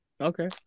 Okay